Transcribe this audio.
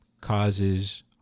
causes